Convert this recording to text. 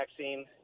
vaccine